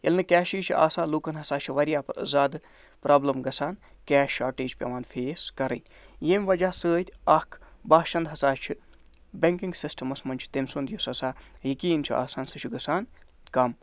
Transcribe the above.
ییٚلہِ نہٕ کٮ۪شٕے چھُ آسان لُکَن ہسا چھِ واریاہ زیادٕ پرابلِم گژھان کٮ۪ش شاٹٮ۪ج پٮ۪وان فٮ۪س کَرٕنۍ ییٚمہِ وَجہہ سۭتۍ اکھ باشَندٕ ہسا چھُ بٮ۪نکِنگ سِسٹَمَس منٛز ہسا یُس تٔمۍ سُند یُس ہسا یَقیٖن چھُ آسان سُہ چھُ گژھان کَم